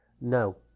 No